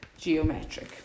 geometric